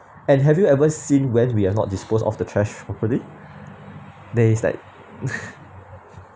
and have you ever seen when we are not disposed of the trash properly then he's like